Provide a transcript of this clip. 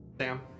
Sam